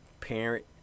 parent